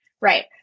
right